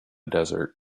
desert